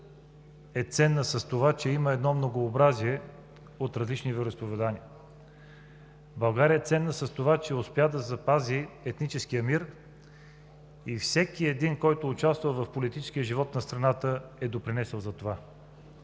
България е ценна с това, че има едно многообразие от различни вероизповедания. България е ценна с това, че успя да запази етническия мир и всеки един, който участва в политическия живот на страната, е допринесъл за това.